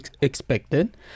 expected